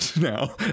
now